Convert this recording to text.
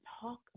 talk